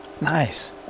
Nice